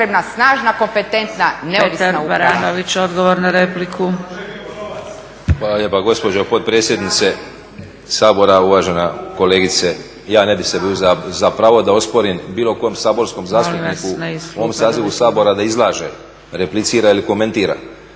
Hvala lijepa gospođo potpredsjednice Sabora. Uvažena kolegice ja ne bih sebi uzeo za pravo da osporim bilo kojem saborskom zastupniku u ovom sazivu Sabora da izlaže, replicira ili komentira.